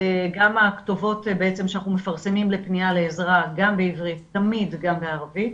גם הכתובות שאנחנו מפרסמים לפנייה לעזרה הן גם בעברית ותמיד גם בערבית.